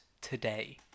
today